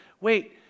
Wait